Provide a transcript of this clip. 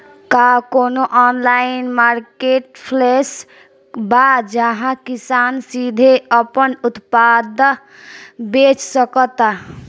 का कोनो online marketplace बा जहां किसान सीधे अपन उत्पाद बेच सकता?